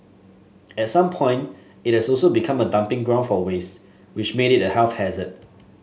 at some point it also so became a dumping ground for waste which made it a health hazard